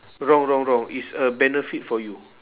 wrong wrong wrong it's a benefit for you